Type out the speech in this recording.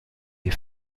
des